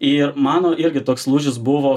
ir mano irgi toks lūžis buvo